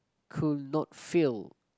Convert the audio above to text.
could not fail